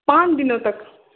पाँच दिनों तक